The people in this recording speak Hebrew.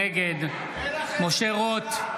נגד משה רוט,